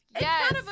Yes